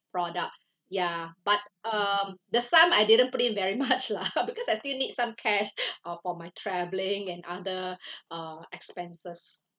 product ya but um the sum I didn't put in very much lah because I still need some cash uh for my travelling and other uh expenses